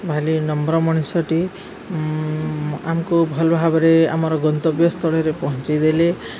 ଭାଲି number ମଣିଷଟି ଆମକୁ ଭଲ ଭାବରେ ଆମର ଗନ୍ତବ୍ୟ ସ୍ଥଳରେ ପହଞ୍ଚେଇଦେଲେ